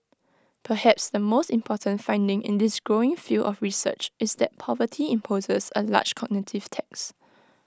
perhaps the most important finding in this growing field of research is that poverty imposes A large cognitive tax